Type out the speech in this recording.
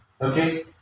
Okay